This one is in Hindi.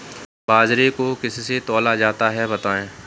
बाजरे को किससे तौला जाता है बताएँ?